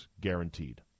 guaranteed